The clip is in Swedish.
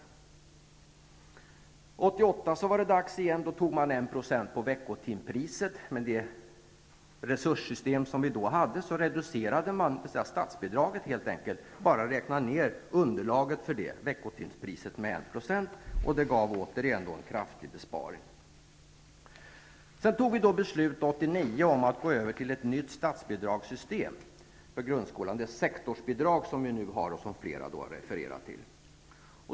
1988 var det dags igen. Då tog man 1 % på veckotimpriset. Med det resurssystem som vi då hade reducerade man helt enkelt statsbidraget genom att räkna ner underlaget för veckotimspriset med 1 %. Det gav återigen en kraftig besparing. Sedan fattade riksdagen 1989 beslut om att gå över till ett nytt statsbidragssystem för grundskolan, dvs. det sektorsbidrag som vi nu har och som flera talare har refererat till.